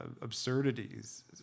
absurdities